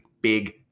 big